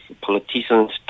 politicians